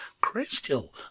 Crystal